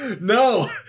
No